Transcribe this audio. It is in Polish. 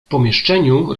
pomieszczeniu